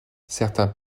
certains